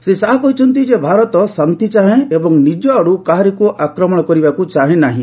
ଶ୍ରୀ ଶାହା କହିଛନ୍ତି ଭାରତ ଶାନ୍ତି ଚାହେଁ ଏବଂ ନିଜ ଆଡୁ କାହାକୁ ଆକ୍ରମଣ କରିବାକୁ ଚାହେଁନାହିଁ